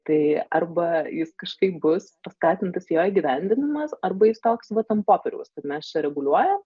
tai arba jis kažkaip bus paskatintas jo įgyvendinimas arba jis toks vat ant popieriaus kad mes čia reguliuojam